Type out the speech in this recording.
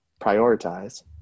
prioritize